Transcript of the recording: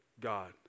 God